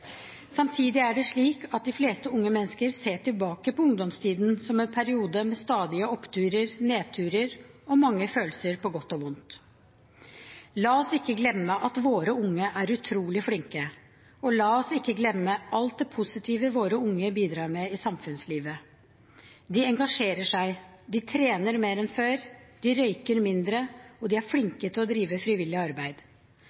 Samtidig er det slik at de fleste mennesker ser tilbake på ungdomstiden som en periode med stadige oppturer, nedturer og mange følelser på godt og vondt. La oss ikke glemme at våre unge er utrolig flinke, og la oss ikke glemme alt det positive våre unge bidrar med i samfunnslivet. De engasjerer seg, de trener mer enn før, de røyker mindre, og de er